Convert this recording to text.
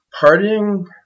partying